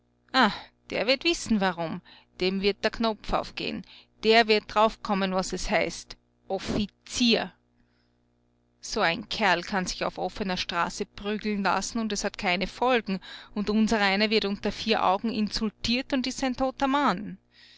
der wird wissen warum dem wird der knopf aufgeh'n der wird draufkommen was es heißt offizier so ein kerl kann sich auf offener straße prügeln lassen und es hat keine folgen und unsereiner wird unter vier augen insultiert und ist ein toter mann